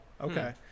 okay